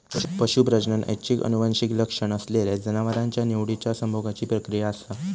पशू प्रजनन ऐच्छिक आनुवंशिक लक्षण असलेल्या जनावरांच्या निवडिच्या संभोगाची प्रक्रिया असा